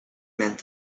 meant